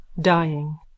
dying